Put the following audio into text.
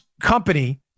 company